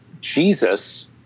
Jesus